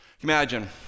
Imagine